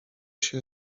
się